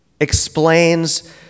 explains